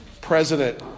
President